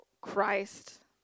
Christ